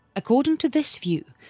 according to this view,